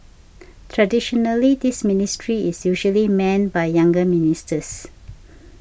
traditionally this ministry is usually manned by younger ministers